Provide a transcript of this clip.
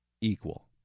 equal